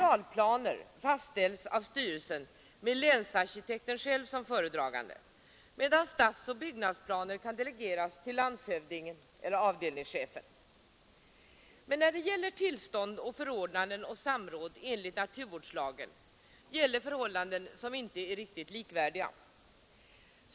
Där sägs det t.ex. att som föredragande, medan stadsoch byggnadsplaner kan delegeras till Torsdagen den landshövningen eller till avdelningschefen. Men när det gäller tillstånd, 16 maj 1974 förordnanden och samråd enligt naturvårdslagen gäller förhållanden som inte är riktigt likvärdiga.